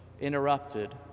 interrupted